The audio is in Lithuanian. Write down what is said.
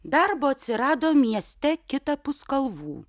darbo atsirado mieste kitapus kalvų